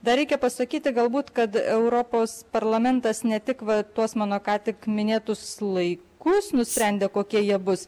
dar reikia pasakyti galbūt kad europos parlamentas ne tik va tuos mano ką tik minėtus laikus nusprendė kokie jie bus